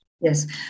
Yes